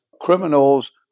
criminals